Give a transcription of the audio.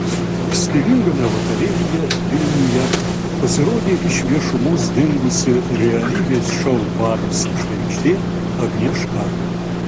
stilingame vakarėlyje vilniuje pasirodė iš viešumos dingusi realybės šou baras žvaigždė agnieška